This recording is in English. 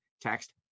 Text